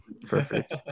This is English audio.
perfect